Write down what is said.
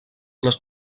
les